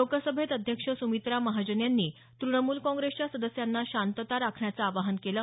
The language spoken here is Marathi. लोकसभेत अध्यक्ष सुमित्रा महाजन यांनी तृणमूल काँग्रेसच्या सदस्यांना शांतता राखण्याचं आवाहन केलं